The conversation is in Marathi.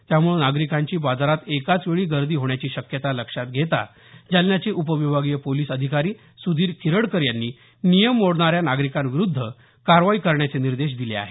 त्यामुळे नागरिकांची बाजारात एकाच वेळी गर्दी होण्याची शक्यता लक्षात घेता जालन्याचे उपविभागीय पोलीस अधिकारी सुधीर खिरडकर यांनी नियम मोडणाऱ्या नागरिकांविरूद्ध कारवाई करण्याचे निर्देश दिले आहेत